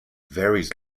varies